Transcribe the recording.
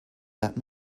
that